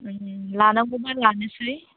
ओम लानांगौबा लानोसै